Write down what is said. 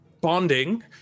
bonding